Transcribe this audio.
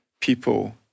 people